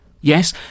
Yes